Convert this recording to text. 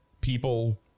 people